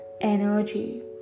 energy